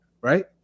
right